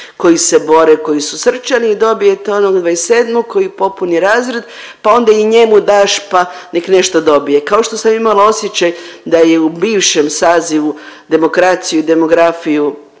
koji se bore i koji su srčani i dobijete onog 27-og koji popuni razred, pa onda i njemu daš, pa nek nešto dobije. Kao što sam imala osjećaj da je u bivšem sazivu demokraciju i demografiju